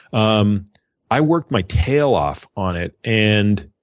um i worked my tail off on it. and